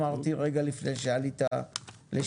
אמרתי רגע לפני שעלית לשידור.